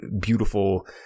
beautiful